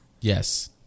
Yes